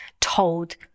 told